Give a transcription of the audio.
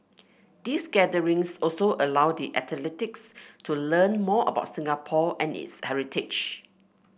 these gatherings also allow the athletes to learn more about Singapore and its heritage